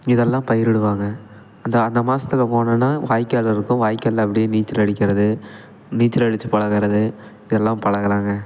இதெல்லாம் பயிரிடுவாங்க அந்த அந்த மாசத்தில் போனேன்னா வாய்க்கால் இருக்குது வாய்க்காலில் அப்படியே நீச்சல் அடிக்கிறது நீச்சல் அடித்து பழகறது இதெல்லாம் பழகலாங்க